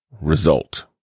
result